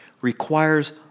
requires